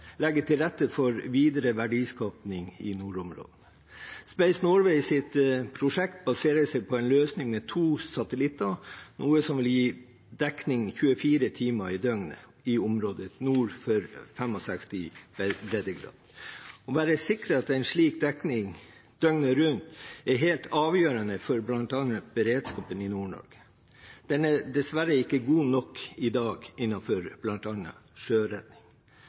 legge til rette for videre verdiskaping i nordområdene. Space Norways prosjekt baserer seg på en løsning med to satellitter, noe som vil gi dekning 24 timer i døgnet i området nord for 65. breddegrad. Å være sikret en slik dekning døgnet rundt er helt avgjørende for bl.a. beredskapen i Nord-Norge. Dekningen er dessverre ikke god nok i dag for å ivareta bl.a. sjøredning,